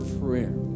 prayer